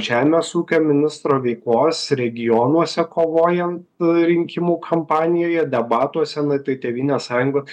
žemės ūkio ministro veikos regionuose kovojant rinkimų kampanijoje debatuose na tai tėvynės sąjungos